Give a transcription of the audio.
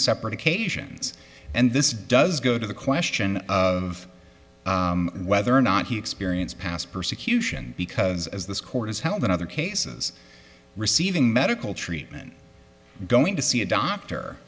separate occasions and this does go to the question of whether or not he experienced past persecution because as this court is held in other cases receiving medical treatment going to see a doctor